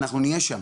אנחנו נהיה שם